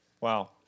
Wow